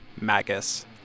Magus